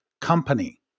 company